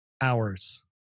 hours